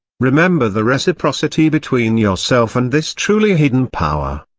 remember the reciprocity between yourself and this truly hidden power.